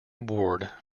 award